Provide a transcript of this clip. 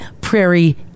prairie